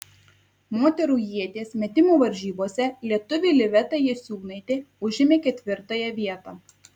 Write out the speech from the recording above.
moterų ieties metimo varžybose lietuvė liveta jasiūnaitė užėmė ketvirtąją vietą